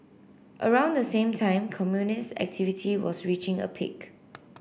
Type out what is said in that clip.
around the same time communist activity was reaching a peak